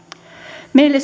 meille